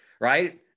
Right